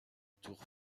tour